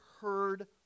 heard